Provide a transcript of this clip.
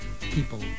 people